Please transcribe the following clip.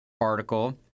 article